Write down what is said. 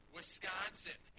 Wisconsin